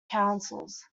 councils